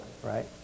right